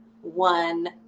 one